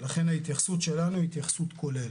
ולכן ההתייחסות שלנו היא התייחסות כוללת.